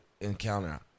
encounter